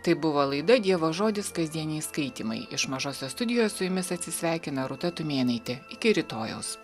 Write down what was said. tai buvo laida dievo žodis kasdieniai skaitymai iš mažosios studijos su jumis atsisveikina rūta tumėnaitė rytojaus